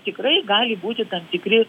tikrai gali būti tam tikri